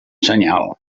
senyal